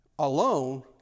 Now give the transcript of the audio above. alone